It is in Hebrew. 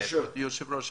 אדוני היושב ראש,